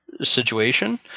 situation